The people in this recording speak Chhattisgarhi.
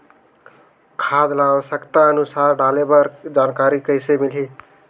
खाद ल आवश्यकता अनुसार डाले बर जानकारी कइसे मिलही?